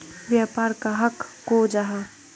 व्यापार कहाक को जाहा?